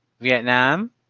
Vietnam